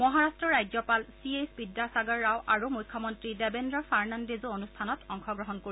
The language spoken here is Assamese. মহাৰাট্টৰ ৰাজ্যপাল চি এইচ বিদ্যাসাগৰ ৰাও আৰু মুখ্যমন্ত্ৰী দেৱেন্দ্ৰ ফাৰ্ণাডেজো অনুষ্ঠানত অংশগ্ৰহণ কৰিব